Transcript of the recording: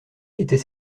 étaient